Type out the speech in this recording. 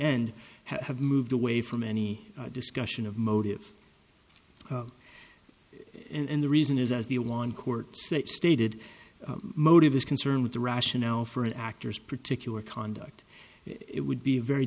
end have moved away from any discussion of motive and the reason is as the one court stated motive is concerned with the rationale for an actor's particular conduct it would be very